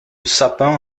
sapin